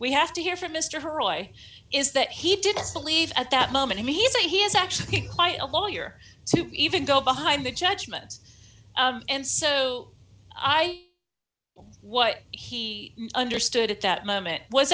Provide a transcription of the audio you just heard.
we have to hear from mr oyo is that he didn't believe at that moment i mean he's a he is actually quite a lawyer to even go behind the judgments and so i what he understood at that moment was